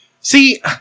See